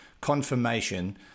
confirmation